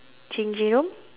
changing room